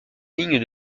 lignes